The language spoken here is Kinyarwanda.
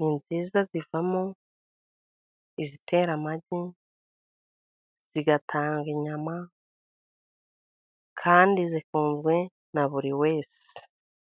ni twiza: zivamo izitera amagi, zigatanga inyama, kandi zikunzwe na buri wese.